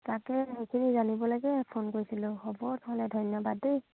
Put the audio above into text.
তাকে সেইখিনি জানিবলৈকে ফোন কৰিছিলোঁ হ'ব নহ'লে ধন্যবাদ দেই